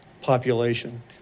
population